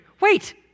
Wait